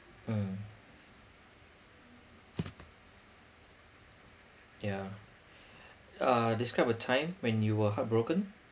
mm yeah uh describe a time when you were heartbroken